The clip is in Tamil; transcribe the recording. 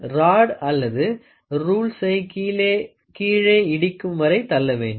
ராட் அல்லது ரூல்ஸை கீழே இடிக்கும் வரை தள்ள வேண்டும்